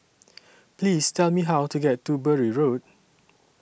Please Tell Me How to get to Bury Road